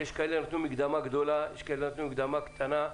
ויש כאלה שנתנו מקדמה גדולה ויש כאלה שנתנו מקדמה קטנה,